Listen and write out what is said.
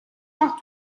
ماه